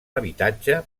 habitatge